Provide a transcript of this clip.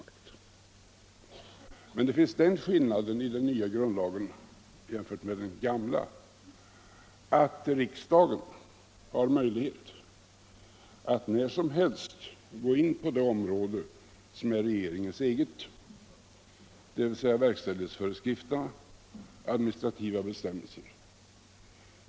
Emellertid finns den skillnaden i den nya grundlagen jämfört med den gamla, att riksdagen har möjlighet att när som helst gå in på det område som är regeringens eget, dvs. verkställighetsföreskrifter och administrativa bestämmelser.